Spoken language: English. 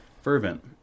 Fervent